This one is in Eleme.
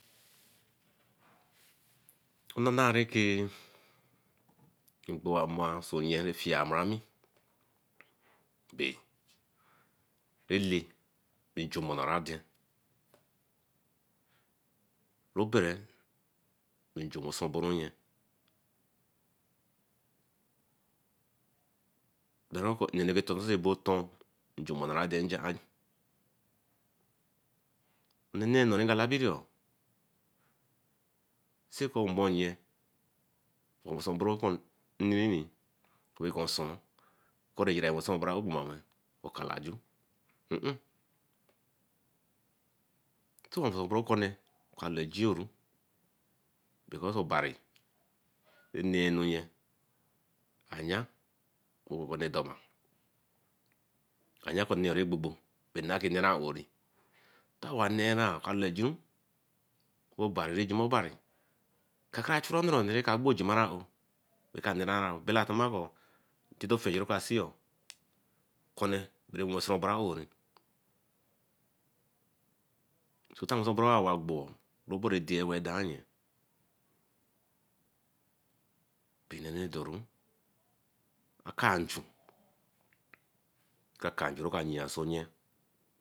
innana rake nkpor a mar fiemorami bey ele njumorade obere nju wesoboru oniie barankon none tonsebo tonsebo ton njumorade. Nneneno ngalabis riyo seko omo-nye owasoborow ninini rah gwan osuun kori wesonronbo aowe powanwe okala aju towesobo okone konejwru doma obari ene enuye ayan brakonne doma ba ayan ko okonne ragbogb bah nnah ke ene aowe tin owanera okloejiru obari rejima obari kakai chura nonne wa agbo jima aowe wey ko neme aowe damakor intito okukefeji ray ka seyo corne rah wesiruboru aowe owagbo egboro dey weeh daanye pinero doru akanchu akanchu ray ka yia soe nye